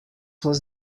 was